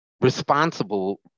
responsible